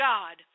God